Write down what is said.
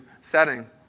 setting